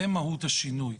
זה מהות השינוי.